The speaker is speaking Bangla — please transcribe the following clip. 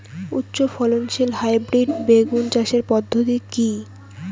উচ্চ ফলনশীল হাইব্রিড বেগুন চাষের পদ্ধতি কী?